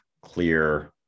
clear